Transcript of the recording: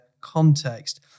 context